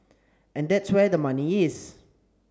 and that's where the money is